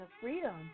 freedom